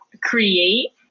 create